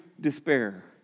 despair